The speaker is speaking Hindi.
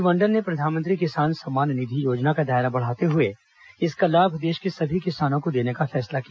मंत्रिमंडल ने प्रधानमंत्री किसान सम्मान निधि योजना का दायरा बढ़ाते हुए इसका लाभ देश के सभी किसानों को देने का फैसला किया